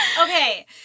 Okay